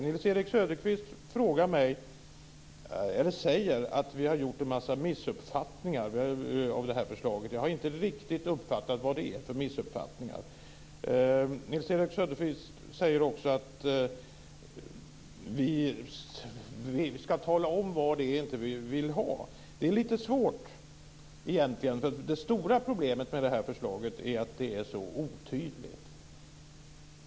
Nils-Erik Söderqvist säger att vi har missuppfattat stora delar av det här förslaget. Jag har inte riktigt uppfattat vad det är för missuppfattningar. Nils-Erik Söderqvist säger också att han vill att vi ska tala om vad det är vi inte vill ha. Det är lite svårt. Det stora problemet med förslaget är att det är så otydligt.